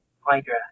Hydra